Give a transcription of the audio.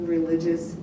Religious